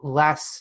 less